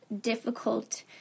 difficult